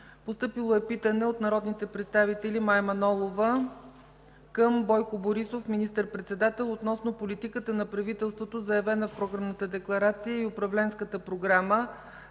2015 г.: - от народния представител Мая Манолова към Бойко Борисов – министър-председател, относно политиката на правителството, заявена в Програмната декларация и Управленската програма